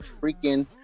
freaking